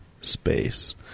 space